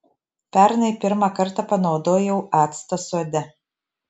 pernai pirmą kartą panaudojau actą sode